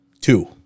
two